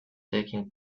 taking